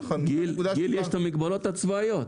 ויש את המגבלות הצבאיות.